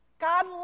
God